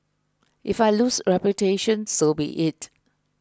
if I lose reputation so be it